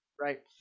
Right